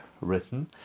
written